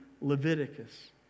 Leviticus